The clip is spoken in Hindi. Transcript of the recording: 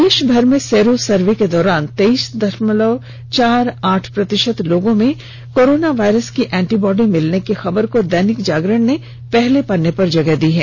देश भर में सीरो सर्वे के दौरान तेइस दशमलव चार आठ प्रतिशत लोगों में कोरोना वायरस की एंटीबॉडी मिलने की खबर को दैनिक जागरण ने पहले पन्ने पर जगह दी है